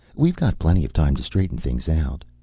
we've got plenty of time to straighten things out.